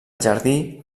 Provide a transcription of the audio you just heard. jardí